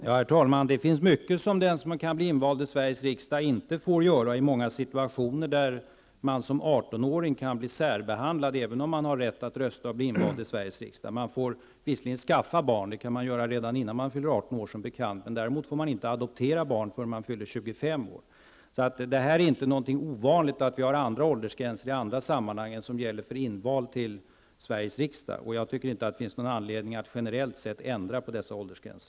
Herr talman! Det finns mycket som den som kan bli invald i Sveriges riksdag inte får göra. Det finns många situationer där man som 18-åring kan bli särbehandlad, även om man har rätt att rösta och rätt att bli invald i Sveriges riksdag. Man får visserligen skaffa barn -- det kan man, som bekant, göra även innan man fyller 18 år -- men man får inte adoptera barn förrän man fyller 25 år. Det är inte ovanligt med andra åldersgränser i andra sammanhang än vad som gäller för inval till Sveriges riksdag. Jag tycker inte att det finns någon anledning att generellt sett ändra på dessa åldersgränser.